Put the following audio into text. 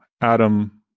Adam